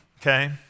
okay